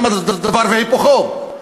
גם דבר והיפוכו,